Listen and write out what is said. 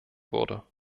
wurde